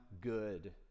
good